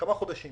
כמה חודשים